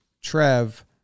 Trev